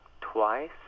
twice